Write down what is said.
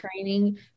training